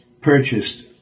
purchased